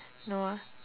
no ah